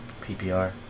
PPR